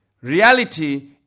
Reality